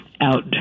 out